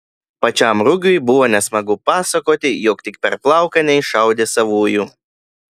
pačiam rugiui buvo nesmagu pasakoti jog tik per plauką neiššaudė savųjų